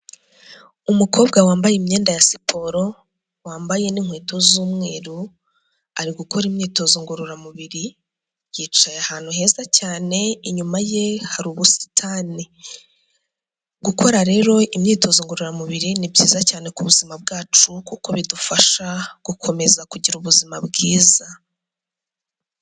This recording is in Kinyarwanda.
Umukobwa wambaye imyenda ya siporo, wambaye n'inkweto z'umweru, ari gukora imyitozo ngororamubiri. Yicaye ahantu heza cyane, inyuma ye hari ubusitani. Gukora rero imyitozo ngororamubiri ni byiza cyane ku buzima bwacu, kuko bidufasha gukomeza kugira ubuzima bwiza.